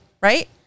right